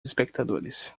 espectadores